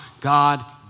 God